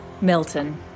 Milton